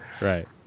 Right